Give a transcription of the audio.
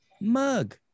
mug